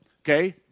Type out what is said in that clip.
okay